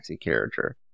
character